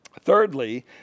Thirdly